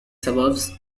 suburbs